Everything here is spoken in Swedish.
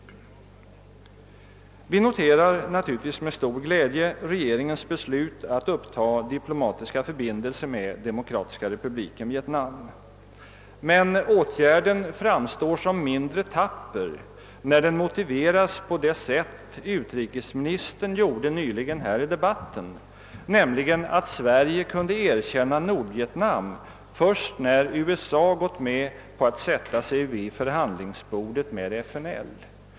Vi noterar naturligtvis med stor gläd je regeringens beslut att uppta diplomatiska förbindelser med Demokratiska republiken Vietnam. Men åtgärden framstår som mindre tapper när den motiveras på det sätt utrikesministern gjorde här i debatten, nämligen med att Sverige kunde erkänna Nordvietnam först när USA gått med på att sätta sig vid förhandlingsbordet med FNL.